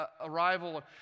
arrival